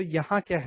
तो यहाँ क्या है